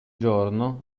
giorno